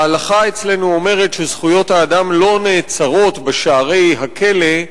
ההלכה אצלנו אומרת שזכויות האדם לא נעצרות בשערי הכלא,